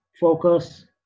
focus